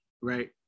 right